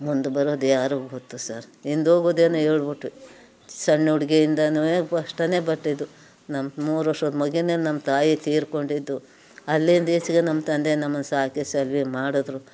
ಮುಂದೆ ಬರೋದು ಯಾರಿಗೆ ಗೊತ್ತು ಸರ್ ಹಿಂದೋಗೋದೇನೋ ಹೇಳ್ಬಿಟ್ವಿ ಸಣ್ಣ ಹುಡುಗಿಯಿಂದನೂ ಕಷ್ಟನೇ ಪಟ್ಟಿದ್ದು ನಮ್ಮ ಮೂರು ವರ್ಷದ ಮಗುನಿಂದ ನಮ್ಮ ತಾಯಿ ತೀರಿಕೊಂಡಿದ್ದು ಅಲ್ಲಿಂದೀಚಿಗೆ ನಮ್ಮ ತಂದೆ ನಮ್ಮನ್ನ ಸಾಕಿ ಸಲಹಿ ಮಾಡಿದ್ರು